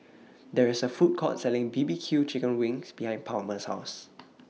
There IS A Food Court Selling B B Q Chicken Wings behind Palmer's House